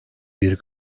bir